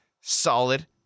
solid